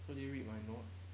so did you read my notes